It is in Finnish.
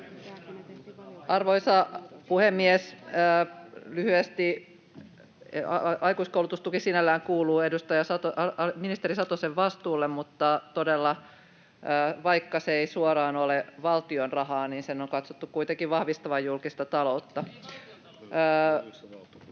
Arvoisa puhemies! Lyhyesti: aikuiskoulutustuki sinällään kuuluu ministeri Satosen vastuulle, mutta todella, vaikka se ei suoraan ole valtion rahaa, sen on katsottu kuitenkin vahvistavan julkista taloutta.